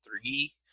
three